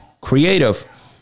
creative